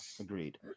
agreed